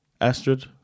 Astrid